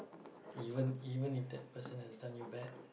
even even if that person has done you bad